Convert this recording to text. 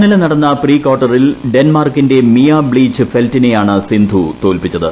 ഇന്നലെ നടന്ന പ്രീ കാർട്ടറിൽ ഡെൻമാർക്കിന്റെ മിയ ബ്ലിച്ച് ഫെൽറ്റിനെ യാണ് സിന്ധു തോൽപ്പിച്ചത്